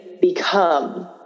become